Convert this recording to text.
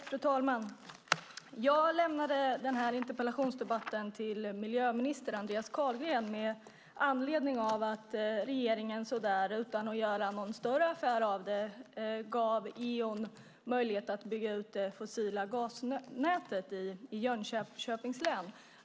Fru talman! Jag ställde den här interpellationen till miljöminister Andreas Carlgren med anledning av att regeringen utan att göra någon större affär av det gav Eon möjlighet att bygga ut det fossila gasnätet i Jönköpings län.